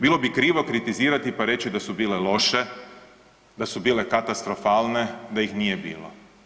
Bilo bi krivo kritizirati, pa reći da su bile loše, da su bile katastrofalne, da ih nije bilo.